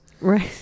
Right